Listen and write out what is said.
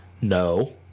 No